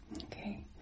okay